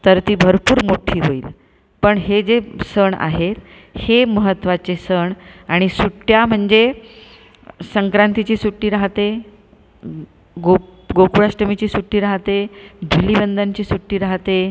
तर ती भरपूर मोठ्ठी होईल पण हे जे सण आहेत हे महत्त्वाचे सण आणि सुट्ट्या म्हणजे संक्रांतीची सुट्टी राहाते गोक गोकुळाष्टमीची सुट्टी राहाते धूलिवंदनची सुट्टी राहाते